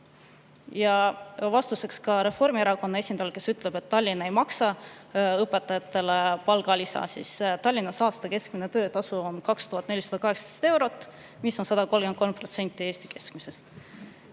Ja vastuseks Reformierakonna esindajale, kes ütleb, et Tallinn ei maksa õpetajatele palgalisa: Tallinnas [on õpetaja] aasta keskmine töötasu on 2418 eurot, mis on 133% Eesti keskmisest.